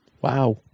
wow